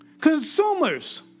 Consumers